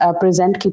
present